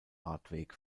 radweg